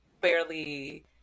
barely